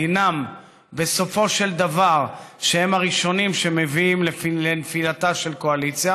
דינם בסופו של דבר שהם הראשונים שמביאים לנפילתה של קואליציה.